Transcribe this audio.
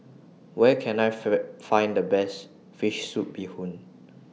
Where Can I Find The Best Fish Soup Bee Hoon